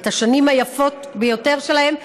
את השנים היפות ביותר שלהם,